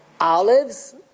olives